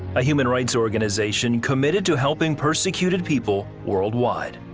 a human rights organization committed to helping persecuted people worldwide.